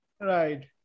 Right